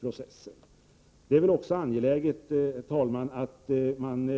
Vidare är det väl också angeläget, herr talman, att man